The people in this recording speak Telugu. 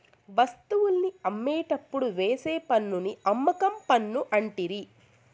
వస్తువుల్ని అమ్మేటప్పుడు వేసే పన్నుని అమ్మకం పన్ను అంటిరి